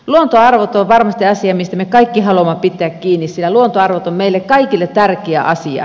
luontoarvot on varmasti asia mistä me kaikki haluamme pitää kiinni sillä luontoarvot on meille kaikille tärkeä asia